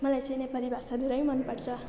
मलाई चाहिँ नेपाली भाषा धेरै मनपर्छ